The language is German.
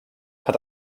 hat